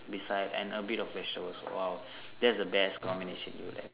beside and a bit of vegetables !wow! thats the best combination you would have